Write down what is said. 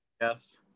Yes